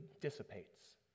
dissipates